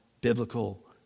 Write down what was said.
biblical